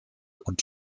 und